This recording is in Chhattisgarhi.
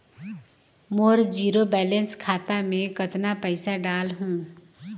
मोर जीरो बैलेंस खाता मे कतना पइसा डाल हूं?